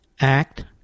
act